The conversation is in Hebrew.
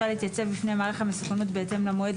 להתייצב בפני מעריך המסוכנות בהתאם למועד,